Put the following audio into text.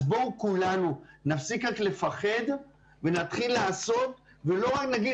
אז בואו כולנו נפסיק רק לפחד ונתחיל לעשות ולא רק נגיד